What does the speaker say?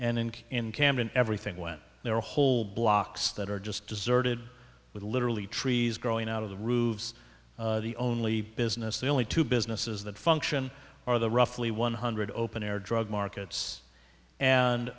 and in camden everything went their whole blocks that are just deserted with literally trees growing out of the roofs the only business the only two businesses that function are the roughly one hundred open air drug markets and